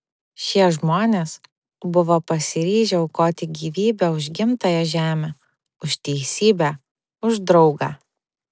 šie žmonės buvo pasiryžę aukoti gyvybę už gimtąją žemę už teisybę už draugą